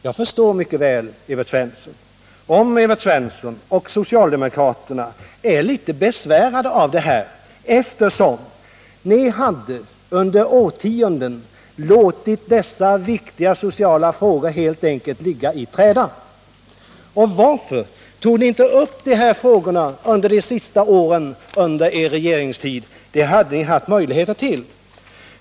Jag förstår mycket väl om Evert Svensson och socialdemokraterna är lite besvärade av detta, eftersom ni under årtionden helt enkelt hade låtit dessa viktiga sociala frågor ligga i träda. Varför tog ni inte upp de här frågorna under de sista åren av er regeringstid? Det hade ni haft möjligheter till.